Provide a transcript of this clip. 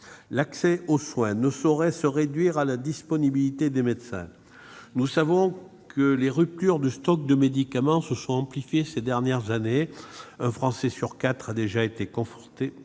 L'accès aux soins ne saurait se réduire à la disponibilité des médecins. Nous savons que les ruptures de stock de médicaments se sont amplifiées au cours des dernières années : un Français sur quatre a déjà été confronté